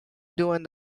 during